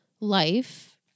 Life